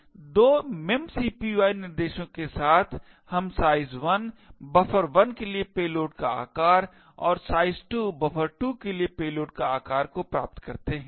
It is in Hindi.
तो इन 2 memcpy निर्देशों के साथ हम size1 buffer1 के लिए पेलोड का आकार और size2 buffer2 के लिए पेलोड के आकार को प्राप्त करते हैं